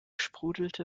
sprudelte